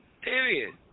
Period